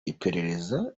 iperereza